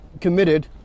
committed